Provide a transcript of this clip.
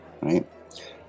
right